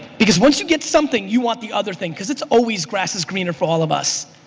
because once you get something, you want the other thing cause it's always grass is greener for all of us.